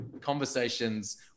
conversations